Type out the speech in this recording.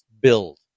build